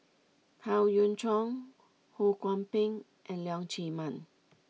Howe Yoon Chong Ho Kwon Ping and Leong Chee Mun